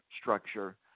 structure